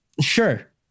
sure